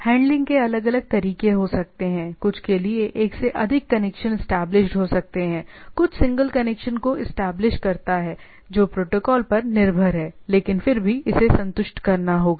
handling के अलग अलग तरीके हो सकते हैं कुछ के लिए एक से अधिक कनेक्शन इस्टैबलिश्ड हो सकते हैं कुछ सिंगल कनेक्शन कोइस्टैबलिश् करता है जो प्रोटोकॉल पर निर्भर है लेकिन फिर भी इसे संतुष्ट करना होगा